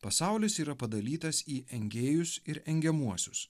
pasaulis yra padalytas į engėjus ir engiamuosius